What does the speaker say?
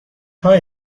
هایی